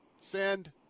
send